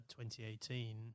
2018